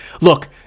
look